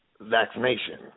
vaccination